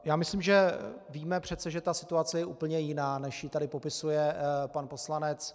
Já myslím, že přece víme, že ta situace je úplně jiná, než ji tady popisuje pan poslanec.